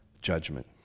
judgment